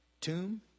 tomb